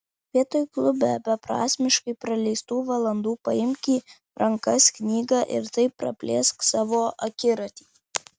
vietoj klube beprasmiškai praleistų valandų paimk į rankas knygą ir taip praplėsk savo akiratį